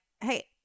hey